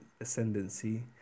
ascendancy